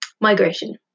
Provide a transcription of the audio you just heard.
Migration